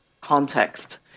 context